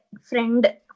friend